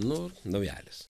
nu naujalis